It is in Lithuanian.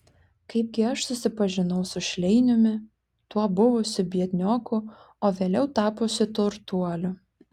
kaipgi aš susipažinau su šleiniumi tuo buvusiu biednioku o vėliau tapusiu turtuoliu